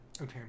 Okay